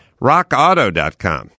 rockauto.com